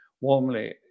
warmly